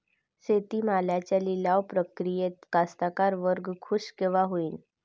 शेती मालाच्या लिलाव प्रक्रियेत कास्तकार वर्ग खूष कवा होईन?